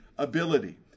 ability